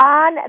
on